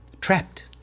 trapped